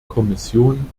kommission